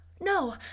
No